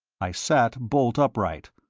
i sat bolt upright.